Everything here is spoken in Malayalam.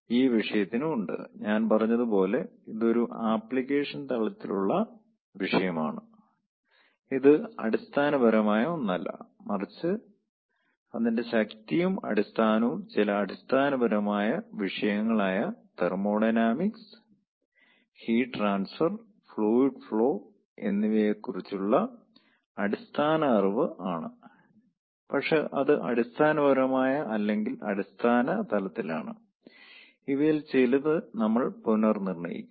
ഈ വിഷയത്തിനും ഉണ്ട് ഞാൻ പറഞ്ഞതുപോലെ ഇത് ഒരുതരം ആപ്ലിക്കേഷൻ തലത്തിലുള്ള വിഷയമാണ് ഇത് അടിസ്ഥാനപരമായ ഒന്നല്ല മറിച്ച് അതിന്റെ ശക്തിയും അടിസ്ഥാനവും ചില അടിസ്ഥാനപരമായ വിഷയങ്ങൾ ആയ thermodynamics heat transfer fluid flow എന്നിവയെ കുറിച്ചുള്ള അടിസ്ഥാന അറിവ് ആണ് പക്ഷേ അത് അടിസ്ഥാനപരമായ അല്ലെങ്കിൽ അടിസ്ഥാന തലത്തിലാണ് ഇവയിൽ ചിലത് നമ്മൾ പുനർനിർണയിക്കും